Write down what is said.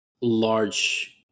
large